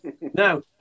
Now